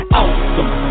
awesome